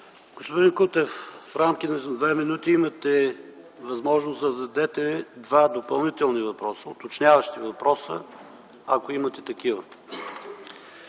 Господин Кутев, в рамките на две минути имате възможност да зададете два допълнителни, уточняващи въпроса, ако имате такива.